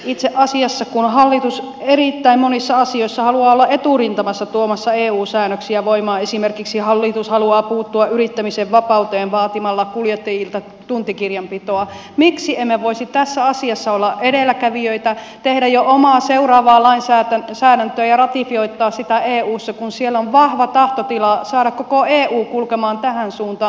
itse asiassa kun hallitus erittäin monissa asioissa haluaa olla eturintamassa tuomassa eu säännöksiä voimaan esimerkiksi hallitus haluaa puuttua yrittämisen vapauteen vaatimalla kuljettajilta tuntikirjanpitoa miksi emme voisi tässä asiassa olla edelläkävijöitä tehdä jo omaa seuraavaa lainsäädäntöä ja ratifioittaa sitä eussa kun siellä on vahva tahtotila saada koko eu kulkemaan tähän suuntaan